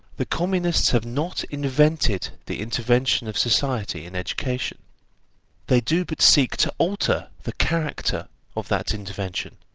the communists have not invented the intervention of society in education they do but seek to alter the character of that intervention,